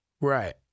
Right